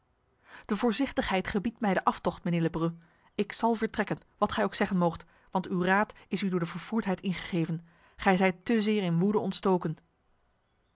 de voorzichtigheid gebiedt mij de aftocht mijnheer lebrum ik zal vertrekken wat gij ook zeggen moogt want uw raad is u door de vervoerdheid ingegeven gij zijt te zeer in woede ontstoken